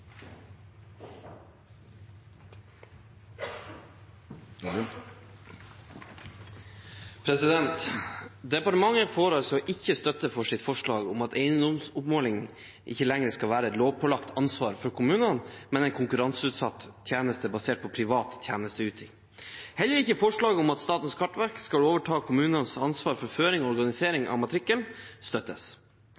virker. Departementet får ikke støtte for sitt forslag om at eiendomsoppmåling ikke lenger skal være et lovpålagt ansvar for kommunene, men en konkurranseutsatt tjeneste basert på privat tjenesteyting. Heller ikke forslaget om at Statens kartverk skal overta kommunens ansvar for føring og organisering